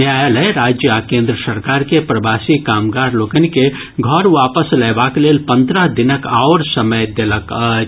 न्यायालय राज्य आ केन्द्र सरकार के प्रवासी कामगार लोकनि के घर वापस लयबाक लेल पंद्रह दिनक आओर समय देलक अछि